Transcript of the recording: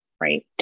right